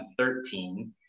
2013